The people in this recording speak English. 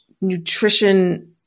nutrition